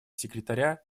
секретаря